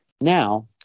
now